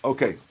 Okay